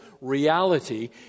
reality